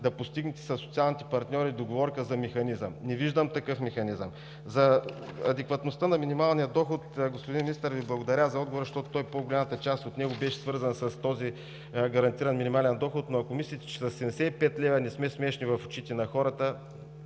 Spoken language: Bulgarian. да постигнете със социалните партньори договорка за механизъм. Не виждам такъв механизъм. За адекватността на минималния доход, господин Министър, Ви благодаря за отговора, защото по-голямата част от него беше свързан с този гарантиран минимален доход. Но, ако мислите, че със 75 лв. не сме смешни в очите на хората,